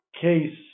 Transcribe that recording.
case